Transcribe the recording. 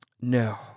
No